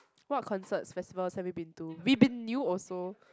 what concerts festivals have you been to We Been New also